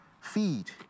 feed